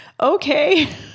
okay